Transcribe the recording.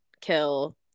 kill